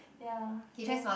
ya then